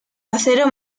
acero